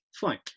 fine